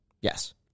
Yes